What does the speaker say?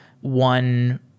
one